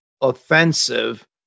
offensive